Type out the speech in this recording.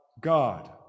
God